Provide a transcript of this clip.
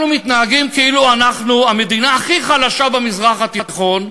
אנחנו מתנהגים כאילו אנחנו המדינה הכי חלשה במזרח התיכון.